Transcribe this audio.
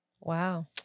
Wow